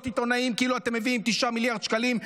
עיתונאים כאילו אתם מביאים 9 מיליארד שקלים,